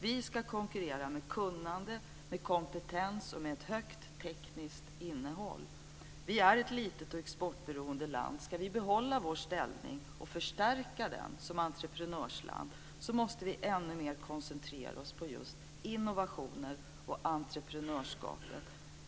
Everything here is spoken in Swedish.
Vi ska konkurrera med kunnande, kompetens och med ett högt tekniskt innehåll. Vi är ett litet och exportberoende land. Om vi ska kunna behålla vår ställning som entreprenörsland och förstärka den måste vi koncentrera oss ännu mer på just innovationer och entreprenörskap.